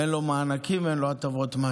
אין לו מענקים, אין לו הטבות מס.